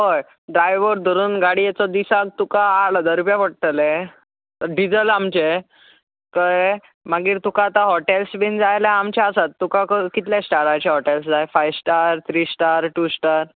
हय ड्रायवर धरून गाड्येचो दिसाक तुका आठ हजार रूपया पडटले डिजल आमचें कळ्ळें मागीर तुका आतां हॉटेल्स बीन जाय जाल्यार आमचे आसात तुका कितल्या स्टारांचे हॉटेल जाय five star three star two star